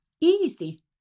easy